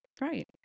Right